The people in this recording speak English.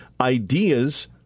ideas